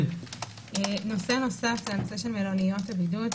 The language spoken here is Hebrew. נושא נוסף מלוניות הבידוד,